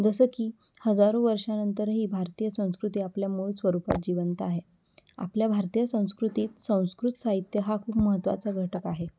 जसं की हजारो वर्षानंतरही भारतीय संस्कृती आपल्या मूळ स्वरूपात जिवंत आहे आपल्या भारतीय संस्कृतीत संस्कृत साहित्य हा खूप महत्त्वाचा घटक आहे